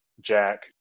Jack